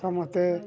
ସମସ୍ତେ